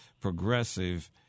progressive